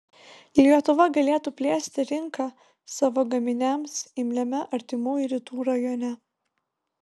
lietuva galėtų plėsti rinką savo gaminiams imliame artimųjų rytų rajone